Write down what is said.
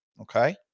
Okay